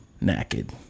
Naked